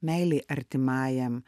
meilei artimajam